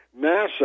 NASA